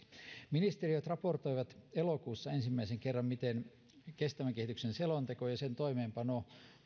ministeriöt raportoivat elokuussa ensimmäisen kerran miten kestävän kehityksen selonteko ja sen toimeenpano